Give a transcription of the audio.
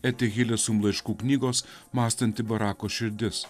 etihile sum laiškų knygos mąstanti barako širdis